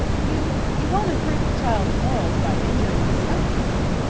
you you won't improve the child's morals by injuring his stomach, judith.